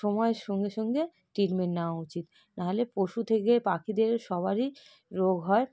সময়ের সঙ্গে সঙ্গে ট্রিটমেন্ট নেওয়া উচিত নাহলে পশু থেকে পাখিদের সবারই রোগ হয়